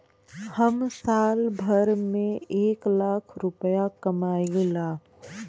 हम साल भर में एक लाख रूपया कमाई ला